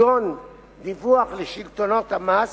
כגון דיווח לשלטונות המס,